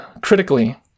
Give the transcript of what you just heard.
Critically